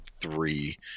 three